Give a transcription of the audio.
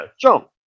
jump